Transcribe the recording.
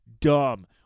Dumb